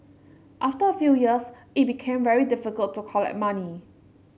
after a few years it became very difficult to collect money